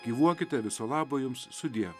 gyvuokite viso labo jums sudie